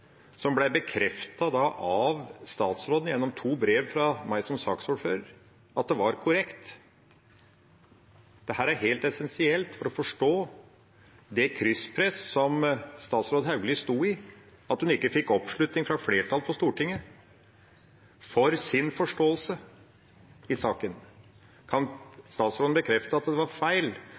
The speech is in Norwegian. som ble bekreftet av statsråden gjennom to brev, fra meg som saksordfører at var korrekt? Dette er helt essensielt for å forstå det krysspresset som statsråd Hauglie sto i, at hun ikke fikk oppslutning fra flertallet på Stortinget for sin forståelse i saken. Kan statsråden bekrefte at det var feil